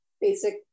basic